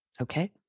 okay